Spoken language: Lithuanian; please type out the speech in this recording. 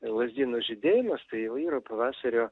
lazdynų žydėjimas tai jau yra pavasario